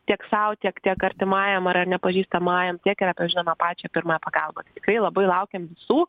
tiek sau tiek tiek artimajam ar ar nepažįstamajam tiek ir apie žinoma pačią pirmąją pagalbą krai labai laukiam visų